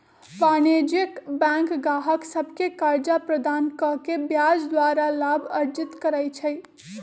वाणिज्यिक बैंक गाहक सभके कर्जा प्रदान कऽ के ब्याज द्वारा लाभ अर्जित करइ छइ